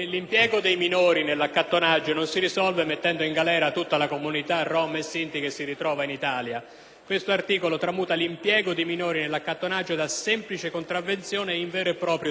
della fattispecie dell'impiego di minori nell'accattonaggio, che, da semplice contravvenzione, diviene vero e proprio delitto. Secondo noi le misure necessarie per affrontare tale fenomeno (che naturalmente esiste, nessuno vuole negarne